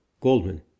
Goldman